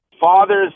Fathers